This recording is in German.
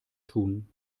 tun